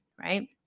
right